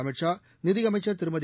அமித்ஷா நிதியமைச்சா் திருமதி